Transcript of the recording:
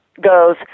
goes